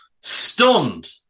Stunned